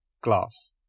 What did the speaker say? glass